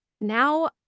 now